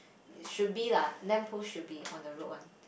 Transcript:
should be lah lamp post should be on the road one